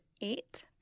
eight